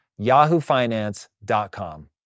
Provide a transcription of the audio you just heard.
yahoofinance.com